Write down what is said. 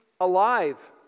alive